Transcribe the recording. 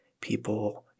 people